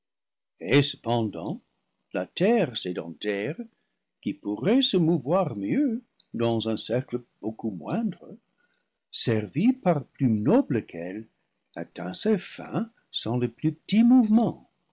et cepen dant la terre sédentaire qui pourrait se mouvoir mieux dans un cercle beaucoup moindre servie par plus noble qu'elle atteint ses fins sans le plus petit mouvement